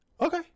okay